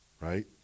right